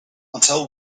until